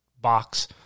box